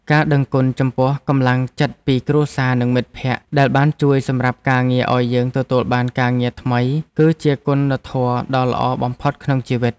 ការដឹងគុណចំពោះកម្លាំងចិត្តពីគ្រួសារនិងមិត្តភក្តិដែលបានជួយសម្រាប់ការងារឱ្យយើងទទួលបានការងារថ្មីគឺជាគុណធម៌ដ៏ល្អបំផុតក្នុងជីវិត។